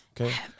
Okay